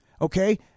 Okay